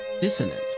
dissonant